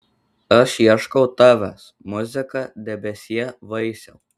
aš ieškau tavęs muzika debesie vaisiau